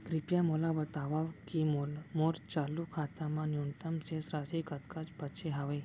कृपया मोला बतावव की मोर चालू खाता मा न्यूनतम शेष राशि कतका बाचे हवे